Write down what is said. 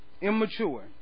Immature